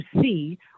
see